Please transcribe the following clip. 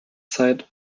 side